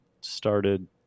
started